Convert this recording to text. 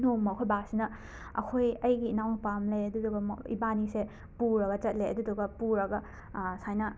ꯅꯣꯡꯃ ꯑꯩꯈꯣꯏ ꯕꯥꯁꯤꯅ ꯑꯩꯈꯣꯏ ꯑꯩꯒꯤ ꯏꯅꯥꯎ ꯅꯨꯄꯥ ꯑꯝ ꯂꯩꯌꯦ ꯑꯗꯨꯗꯨꯒ ꯃꯣ ꯏꯕꯥꯅꯤꯁꯦ ꯄꯨꯔꯒ ꯆꯠꯂꯦ ꯑꯗꯨꯗꯨꯒ ꯄꯨꯔꯒ ꯁꯨꯃꯥꯏꯅ